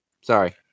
sorry